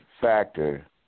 factor